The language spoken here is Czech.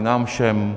Nám všem.